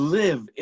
live